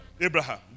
Abraham